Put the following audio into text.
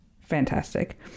fantastic